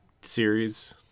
series